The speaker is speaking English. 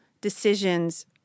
decisions